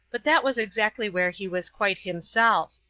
but that was exactly where he was quite himself.